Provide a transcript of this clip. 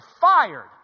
fired